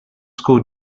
school